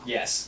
Yes